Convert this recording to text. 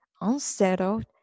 unsettled